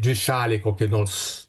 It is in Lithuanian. dvišalį kokį nors